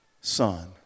son